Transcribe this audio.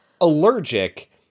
allergic